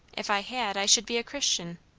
if i had, i should be a christian.